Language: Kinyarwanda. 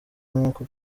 nkuko